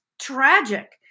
tragic